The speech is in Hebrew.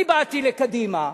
אני באתי לקדימה,